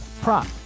prop